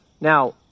now